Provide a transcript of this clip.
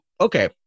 Okay